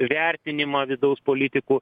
vertinimą vidaus politikų